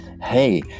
Hey